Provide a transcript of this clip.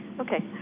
okay.